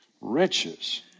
riches